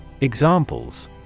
Examples